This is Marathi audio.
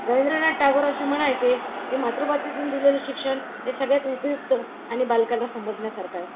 रवींद्रनाथ टागोर असे म्हणायचे की मातृभाषेतून दिलेलं शिक्षण हे सगळ्यात उपयुक्त आणि बालकांना समजण्यासारखा आहे